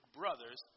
brothers